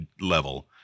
level